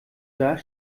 sah